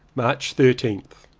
march thirteenth.